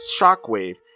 shockwave